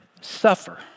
suffer